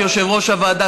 כיושב-ראש הוועדה,